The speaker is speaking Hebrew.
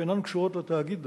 שאינן קשורות לתאגיד דווקא.